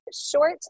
Short